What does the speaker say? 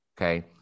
okay